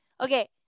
okay